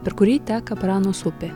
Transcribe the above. per kurį teka pranos upė